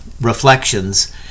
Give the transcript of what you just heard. reflections